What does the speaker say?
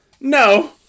no